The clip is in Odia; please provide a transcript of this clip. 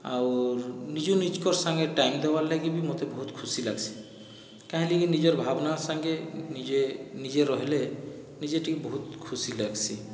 ଆଉର୍ ନିଜୁ ନିଜକର ସାଙ୍ଗରେ ଟାଇମ ଦେବାର୍ ଲାଗି ବି ମୋତେ ବହୁତ ଖୁସି ଲାଗସି କାହିଁ ଲାଗି ନିଜର ଭାବନାର ସାଙ୍ଗେେ ନିଜେ ନିଜେ ରହିଲେ ନିଜେ ଟିକେ ବହୁତ ଖୁସି ଲାଗସି